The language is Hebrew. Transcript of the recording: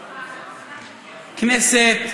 הכנסת,